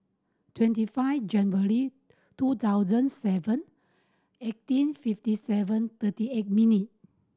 twenty five January two thousand seven eighteen fifty seven thirty eight minute